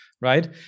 right